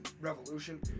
revolution